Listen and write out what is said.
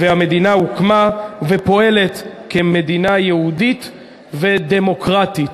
והמדינה הוקמה ופועלת כמדינה יהודית ודמוקרטית.